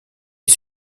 est